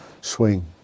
swing